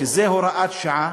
שזה הוראת שעה,